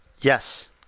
Yes